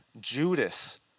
Judas